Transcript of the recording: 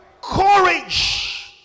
courage